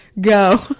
go